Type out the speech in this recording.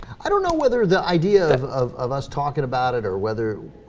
i don't know whether the idea of of of us talking about it or whether